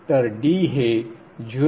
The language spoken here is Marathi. तर D हे 0